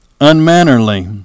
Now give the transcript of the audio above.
unmannerly